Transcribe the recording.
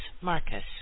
Marcus